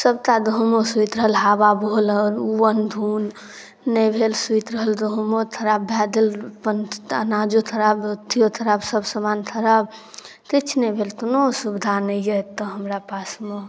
सबटा गहूमो सुति रहल हवा बहऽ लागल ओ अनधुन नहि भेल सुति रहल गहूमो खराब भऽ गेल अपन अनाजो खराब अथिओ खराब सब समान खराब किछु नहि भेल कोनो सुविधा नहि अइ एतऽ हमरा पासमे